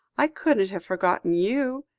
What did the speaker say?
i couldn't have forgotten you.